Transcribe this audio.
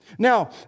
Now